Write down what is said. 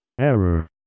Error